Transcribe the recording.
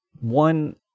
one